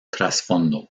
trasfondo